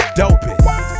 dopest